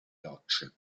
rocce